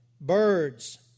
birds